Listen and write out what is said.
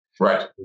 Right